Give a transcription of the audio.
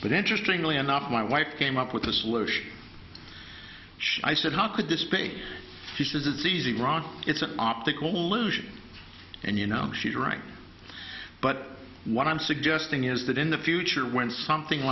but interestingly enough my wife came up with a solution which i said how could display she says it's easy rock it's an optical illusion and you know she's right but what i'm suggesting is that in the future when something